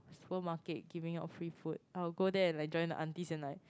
supermarket giving out free food I'll go there and I join the aunties and like